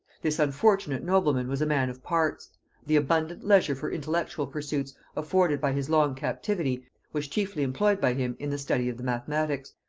this unfortunate nobleman was a man of parts the abundant leisure for intellectual pursuits afforded by his long captivity was chiefly employed by him in the study of the mathematics,